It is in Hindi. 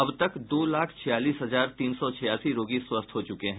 अब तक दो लाख छियालीस हजार तीन सौ छियासी रोगी स्वस्थ हो चुके हैं